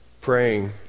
praying